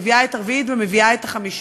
מביאה את הרביעית ומביאה את החמישית.